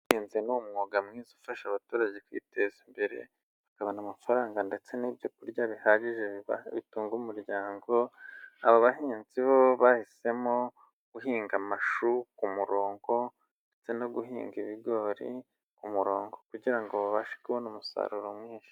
Ubuhinzi ni umwuga mwiza ufasha abaturage kwiteza imbere, bakabona amafaranga ndetse n'ibyo kurya bihagije bitunga umuryango, aba bahinzi bo bahisemo guhinga amashu ku murongo, ndetse no guhinga ibigori ku murongo, kugira ngo babashe kubona umusaruro mwinshi.